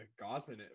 Gosman